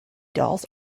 dolls